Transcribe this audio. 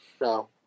No